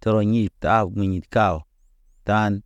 Torɔɲi taw muy taw, tan.